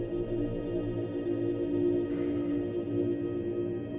a